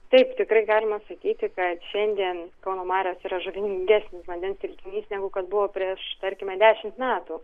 taip tikrai galima sakyti kad šiandien kauno marios yra žuvingesnis vandens telkinys negu kas buvo prieš tarkime dešimt metų